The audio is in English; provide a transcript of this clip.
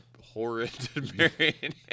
horrid